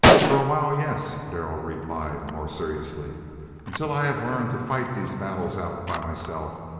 for a while, yes, darrell replied, more seriously until i have learned to fight these battles out by myself,